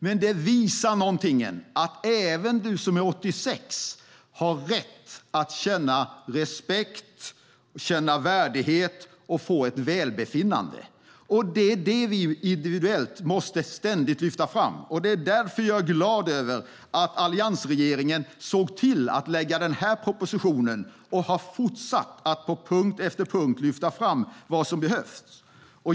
Men det här visar någonting, nämligen att även du som är 86 år har rätt att känna respekt, känna värdighet och välbefinnande. Det är det som vi individuellt ständigt måste lyfta fram, och det är därför jag är glad över att alliansregeringen såg till att lägga fram den här propositionen och har fortsatt att på punkt efter punkt lyfta fram vad som behövts.